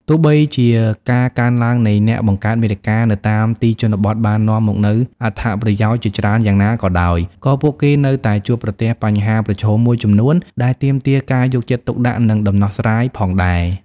ទោះបីជាការកើនឡើងនៃអ្នកបង្កើតមាតិកានៅតាមទីជនបទបាននាំមកនូវអត្ថប្រយោជន៍ជាច្រើនយ៉ាងណាក៏ដោយ ក៏ពួកគេនៅតែជួបប្រទះបញ្ហាប្រឈមមួយចំនួនដែលទាមទារការយកចិត្តទុកដាក់ និងដំណោះស្រាយផងដែរ។